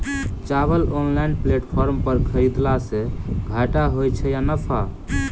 चावल online platform पर खरीदलासे घाटा होइ छै या नफा?